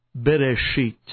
Bereshit